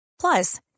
Plus